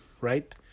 right